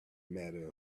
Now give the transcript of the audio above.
matter